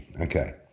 Okay